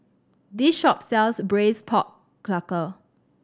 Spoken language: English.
this shop sells Braised Pork Knuckle